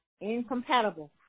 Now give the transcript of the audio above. incompatible